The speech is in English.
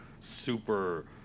super